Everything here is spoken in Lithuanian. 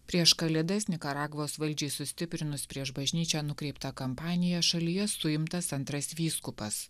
prieš kalėdas nikaragvos valdžiai sustiprinus prieš bažnyčią nukreiptą kampaniją šalyje suimtas antras vyskupas